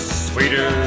sweeter